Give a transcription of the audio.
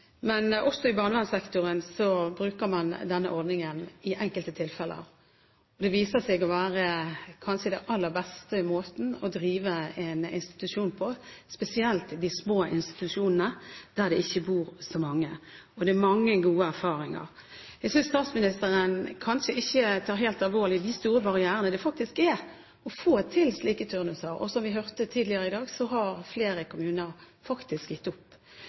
men også i barnevernsektoren bruker man denne ordningen i enkelte tilfeller. Det viser seg å være kanskje den aller beste måten å drive en institusjon på, spesielt de små institusjonene der det ikke bor så mange. Det er mange gode erfaringer. Jeg synes kanskje ikke statsministeren tar helt alvorlig de store barrierene som faktisk er for å få til slike turnuser. Som vi hørte tidligere i dag, har flere kommuner gitt opp.